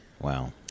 Wow